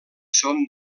són